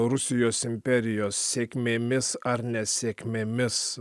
rusijos imperijos sėkmėmis ar nesėkmėmis